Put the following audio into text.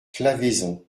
claveyson